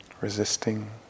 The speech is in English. resisting